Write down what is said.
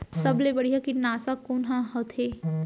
सबले बढ़िया कीटनाशक कोन ह होथे?